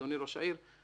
אדוני ראש העיר,